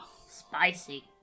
Spicy